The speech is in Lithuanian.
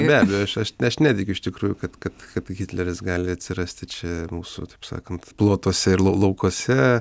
be abejo aš aš aš netikiu iš tikrųjų kad kad kad hitleris gali atsirasti čia mūsų taip sakant plotuose ir lau laukuose